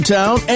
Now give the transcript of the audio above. town